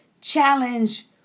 challenge